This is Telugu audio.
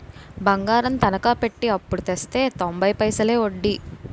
బంగారం తనకా పెట్టి అప్పుడు తెస్తే తొంబై పైసలే ఒడ్డీ